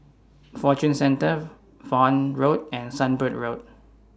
Fortune Centre Vaughan Road and Sunbird Road